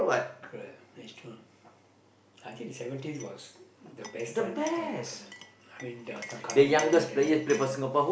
correct that's true I think seventies was the best time fun correct I mean from Kallang-Roar and other place lah